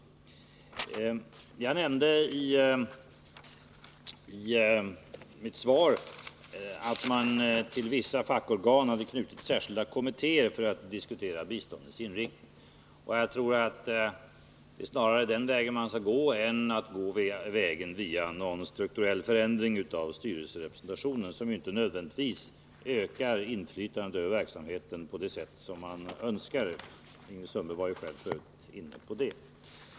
I mitt svar nämnde jag också att man till vissa fackorgan hade knutit särskilda kommittéer för att diskutera biståndens inriktning. Jag tror att det snarare är den vägen man skall gå än vägen via en strukturell förändring av styrelserepresentationen, vilket inte nödvändigtvis ökar inflytandet över verksamheten på det sätt man önskar — Ingrid Sundberg var f. ö. själv inne på det.